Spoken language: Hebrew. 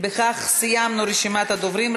סיימנו את רשימת הדוברים,